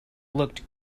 looked